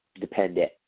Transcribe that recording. dependent